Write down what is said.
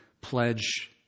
pledge